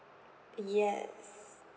yes